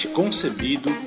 concebido